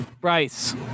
Bryce